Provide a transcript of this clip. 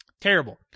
Terrible